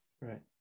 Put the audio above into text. right